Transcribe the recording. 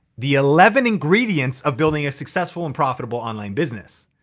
the eleven ingredients of building a successful and profitable online business.